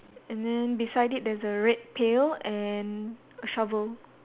and then beside it there's a red pail and a shovel